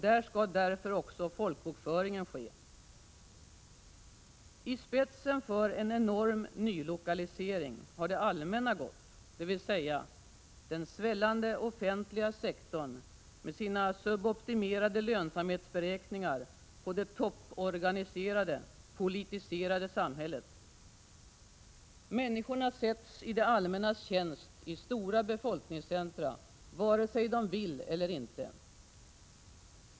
Där skall därför också folkbokföringen ske. I spetsen för en enorm nylokalisering har det allmänna gått, dvs. den svällande offentliga sektorn med sina suboptimerade lönsamhetsberäkningar på det topporganiserade, politiserade samhället. Människorna sätts i det allmännas tjänst i stora befolkningscentra — vare sig de vill eller inte.